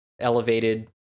elevated